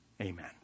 amen